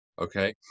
Okay